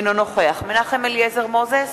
אינו נוכח מנחם אליעזר מוזס,